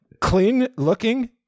clean-looking